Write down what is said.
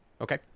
Okay